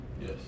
Yes